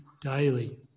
daily